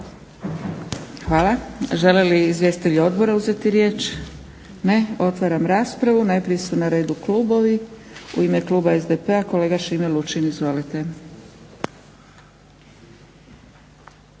Hvala. Žele li izvjestitelji odbora uzeti riječ? Ne. Otvaram raspravu. Najprije su na redu klubovi. U ime kluba SDP-a kolega Šime Lučin, izvolite.